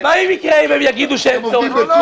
ומה יקרה אם הם יגידו שאין צורך בשדה?